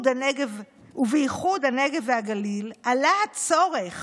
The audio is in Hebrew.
ובייחוד הנגב והגליל, עלה הצורך